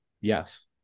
yes